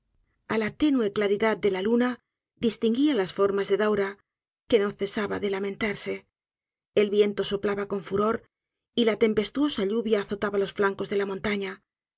la tenue claridad de la luna distinguía las formas de daura que no cesaba de lamentarse el viento soplaba con furor y la tempestuosa lluvia azotaba los flancos de la montaña